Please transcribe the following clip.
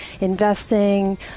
investing